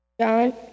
John